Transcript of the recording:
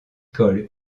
colle